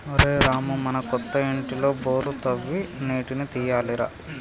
ఒరేయ్ రామూ మన కొత్త ఇంటిలో బోరు తవ్వి నీటిని తీయాలి రా